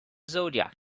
zodiac